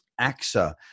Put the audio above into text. axa